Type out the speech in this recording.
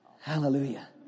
Hallelujah